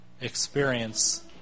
experience